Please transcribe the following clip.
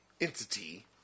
entity